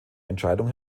entscheidung